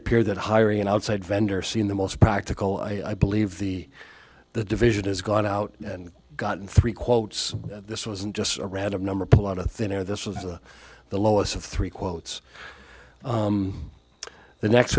appear that hiring an outside vendor seen the most practical i believe the the division has gone out and gotten three quotes this wasn't just a random number pull out of thin air this was the lowest of three quotes the next